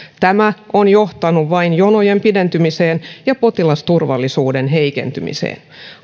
tämä on johtanut vain jonojen pidentymiseen ja potilasturvallisuuden heikentymiseen